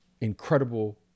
incredible